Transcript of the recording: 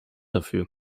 dafür